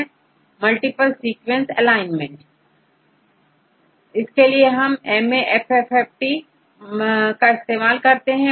छात्र multiple sequence alignment इसके लिएMAFFTका इस्तेमाल किया जा सकता है